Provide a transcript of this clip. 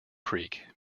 creek